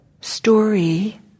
story